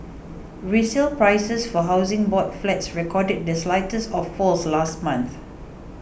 resale prices for Housing Board flats recorded this slightest of falls last month